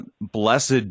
blessed